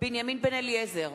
בנימין בן-אליעזר,